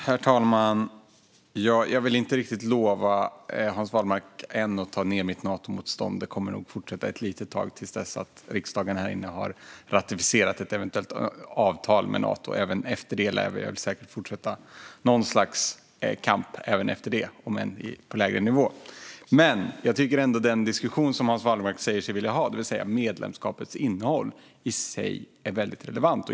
Herr talman! Jag vill inte lova Hans Wallmark att lägga ned mitt Natomotstånd riktigt än. Det kommer att fortsätta ett litet tag, till dess att riksdagen har ratificerat ett eventuellt avtal med Nato. Även efter det lär vi fortsätta någon sorts kamp, om än på lägre nivå. Jag tycker ändå att den diskussion som Hans Wallmark säger sig vilja ha, det vill säga om medlemskapets innehåll, i sig är väldigt relevant.